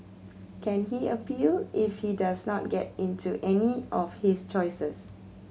can he appeal if he does not get into any of his choices